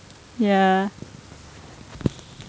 ya